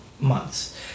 months